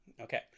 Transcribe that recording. Okay